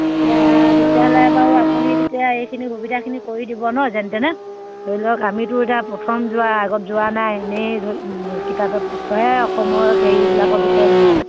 এতিয়া তেতিয়াহ'লে বাৰু আপুনি তেতিয়া এইখিনি সুবিধাখিনি কৰি দিব ন যেন তেনে ধৰি লওক আমিতো এতিয়া প্ৰথম যোৱা আগত যোৱা নাই এনেই ধৰি কিতাপে পত্ৰইহে অসমৰ হেৰিবিলাকৰ বিষয়ে শুনিছোঁ